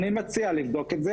אני מציע לבדוק את זה.